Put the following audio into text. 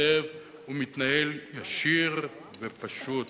כותב ומתנהל ישיר ופשוט.